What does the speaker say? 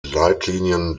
leitlinien